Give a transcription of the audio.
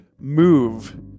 Move